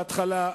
בהתחלה,